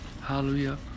Hallelujah